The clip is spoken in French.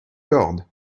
corde